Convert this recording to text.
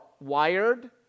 wired